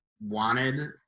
wanted